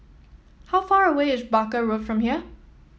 how far away is Barker Road from here